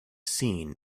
seen